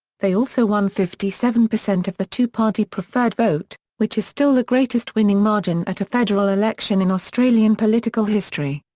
they also won fifty seven percent of the two-party preferred vote, which is still the greatest winning margin at a federal election in australian political history.